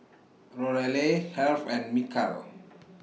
Lorelei Heath and Michal